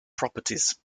properties